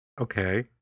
Okay